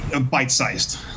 bite-sized